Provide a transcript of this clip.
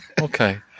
Okay